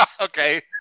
Okay